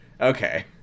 Okay